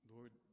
Lord